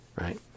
right